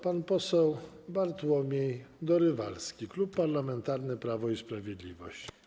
Pan poseł Bartłomiej Dorywalski, Klub Parlamentarny Prawo i Sprawiedliwość.